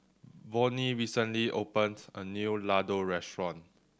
Vonnie recently opened a new Ladoo Restaurant